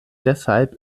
deshalb